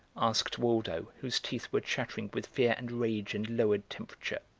asked waldo, whose teeth were chattering with fear and rage and lowered temperature.